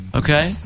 okay